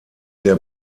der